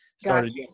started